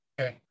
Okay